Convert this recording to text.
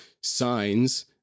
signs